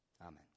Amen